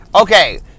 Okay